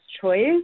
choice